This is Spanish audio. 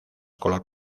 color